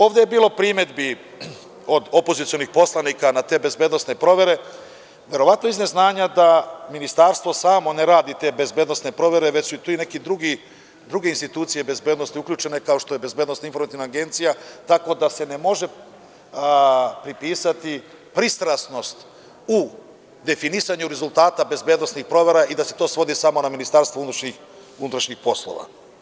Ovde je bilo primedbi od opozicionih poslanika na te bezbednosne promene, verovatno iz neznanja da Ministarstvo samo ne radi te bezbednosne provere, već su tu i neki druge institucije bezbednosti uključene, kao što je Bezbednosno informativna agencija, tako da se ne može pripisati pristrasnost u definisanju rezultata bezbednosnih provera i da se to svodi samo na Ministarstvo unutrašnjih poslova.